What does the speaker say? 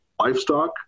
livestock